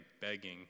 begging